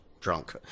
Drunk